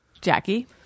Jackie